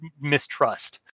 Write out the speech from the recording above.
mistrust